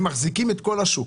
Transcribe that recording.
הם מחזיקים את כל השוק.